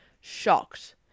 shocked